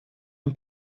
ein